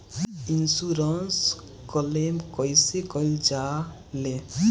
Insurance claim कइसे कइल जा ले?